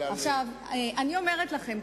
אני אומרת לכם,